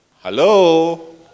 hello